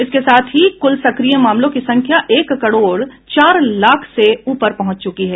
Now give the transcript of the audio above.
इसके साथ ही कुल सक्रिय मामलों की संख्या एक करोड चार लाख से ऊपर पहुंच चुकी है